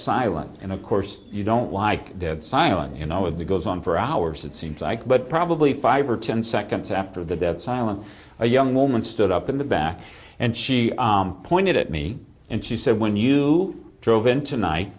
silence and of course you don't like science you know with the goes on for hours it seems like but probably five or ten seconds after the dead silence a young woman stood up in the back and she pointed at me and she said when you drove in tonight